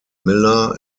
miller